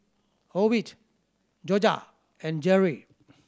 Ovid Jorja and Geri